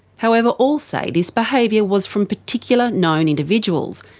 however, all say this behaviour was from particular known individuals,